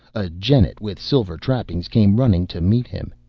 a jennet with silver trappings came running to meet him.